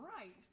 right